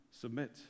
submit